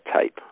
tape